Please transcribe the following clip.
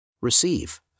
Receive